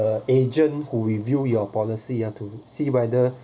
the agent who review your policy you have to see whether